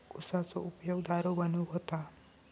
उसाचो उपयोग दारू बनवूक होता